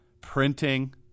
printing